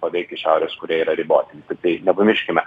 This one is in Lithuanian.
paveikti šiaurės korėją yra riboti tai nepamirškime